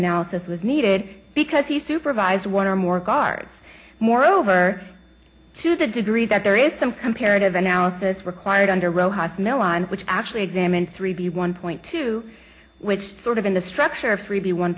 analysis was needed because he supervised one or more cards moreover to the degree that there is some comparative analysis required under rojas milan which actually examined three b one point two which sort of in the structure of three v one